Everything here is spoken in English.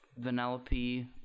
vanellope